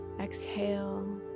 exhale